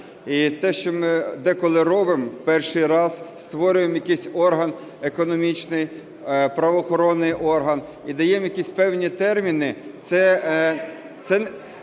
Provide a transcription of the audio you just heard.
І те, що ми деколи робимо в перший раз – створюємо якийсь орган економічний, правоохоронний орган, і даємо якісь певні терміни,